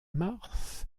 mars